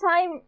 time